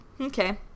Okay